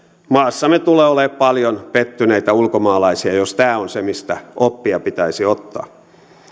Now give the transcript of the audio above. maassamme tulee olemaan paljon pettyneitä ulkomaalaisia jos tämä on se mistä oppia pitäisi ottaa